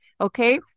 Okay